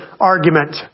argument